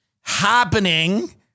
happening